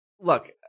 Look